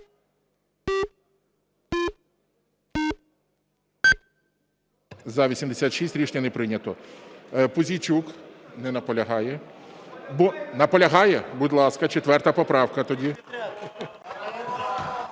За-86 Рішення не прийнято. Пузійчук. Не наполягає. Наполягає? Будь ласка, 4 поправка тоді.